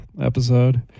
episode